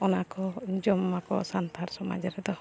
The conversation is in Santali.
ᱚᱱᱟ ᱠᱚ ᱡᱚᱢᱟᱠᱚ ᱥᱟᱱᱛᱟᱲ ᱥᱚᱢᱟᱡᱽ ᱨᱮᱫᱚ